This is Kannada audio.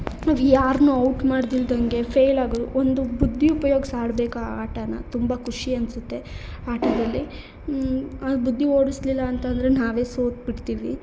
ನಾವು ಯಾರನ್ನೂ ಔಟ್ ಮಾಡ್ದಿಲ್ದಂಗೆ ಫೇಲ್ ಆಗು ಒಂದು ಬುದ್ಧಿ ಉಪಯೋಗ್ಸಿ ಆಡ್ಬೇಕು ಆ ಆಟನ ತುಂಬ ಖುಷಿ ಅನಿಸುತ್ತೆ ಆಟದಲ್ಲಿ ಅದು ಬುದ್ಧಿ ಓಡಿಸ್ಲಿಲ್ಲ ಅಂತಂದರೆ ನಾವೇ ಸೋತು ಬಿಡ್ತೀವಿ